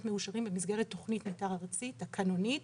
מאושרים במסגרת תכנית מתאר ארצית תקנונית.